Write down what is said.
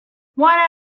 what